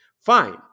Fine